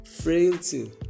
frailty